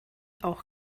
auch